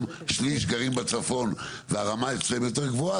שליש גרים בצפון והרמה אצלם יותר גבוהה,